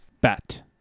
bat